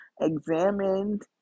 examined